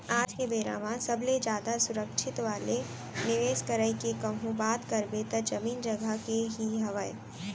आज के बेरा म सबले जादा सुरक्छित वाले निवेस करई के कहूँ बात करबे त जमीन जघा के ही हावय